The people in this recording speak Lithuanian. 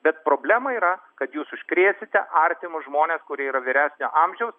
bet problema yra kad jūs užkrėsite artimus žmones kurie yra vyresnio amžiaus